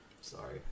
Sorry